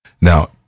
Now